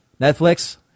Netflix